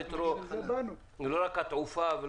המטרו והתעופה.